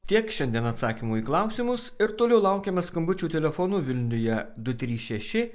tiek šiandien atsakymų į klausimus ir toliau laukiame skambučių telefonu vilniuje du trys šeši